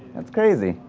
that's crazy.